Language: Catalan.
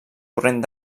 corrent